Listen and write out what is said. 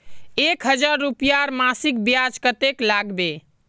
एक हजार रूपयार मासिक ब्याज कतेक लागबे?